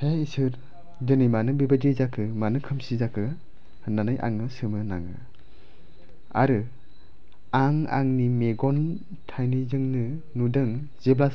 हे इसोर दिनै मानो बेबादि जाखो मानो खोमसि जाखो होननानै आङो सोमोनाङो आरो आं आंनि मेगन थायनैजोंनो नुदों जेब्ला